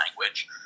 language